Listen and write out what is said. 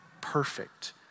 perfect